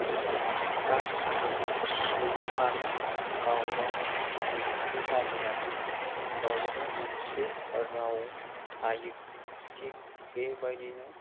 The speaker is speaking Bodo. गासैबो सुबुंआनो गावबा गाव मोनसे हारि लानानै गावबा गाव मोनसे राव थायो थिग बेबायदिनो